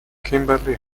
kimberly